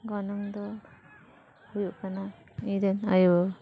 ᱜᱚᱱᱚᱝ ᱫᱚ ᱦᱩᱭᱩᱜ ᱠᱟᱱᱟ ᱤᱧᱨᱮᱱ ᱟᱭᱳ ᱵᱟᱵᱟ